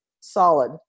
solid